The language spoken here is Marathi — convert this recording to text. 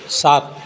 सात